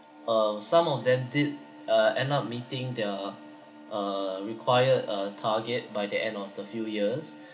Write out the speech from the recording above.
uh some of them did uh end up meeting the uh required uh target by the end of the few years